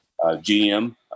GM